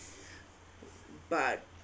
but